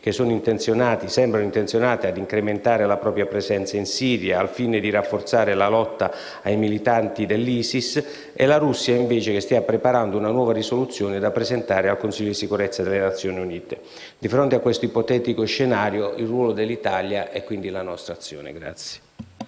che sembrano intenzionati a incrementare la propria presenza in Siria al fine di rafforzare la lotta ai militanti dell'ISIS, e alla Russia, che sembra stia preparando una nuova risoluzione da presentare al Consiglio di sicurezza delle Nazioni Unite. Di fronte a questo ipotetico scenario, vorrei conoscere il ruolo dell'Italia e la nostra azione.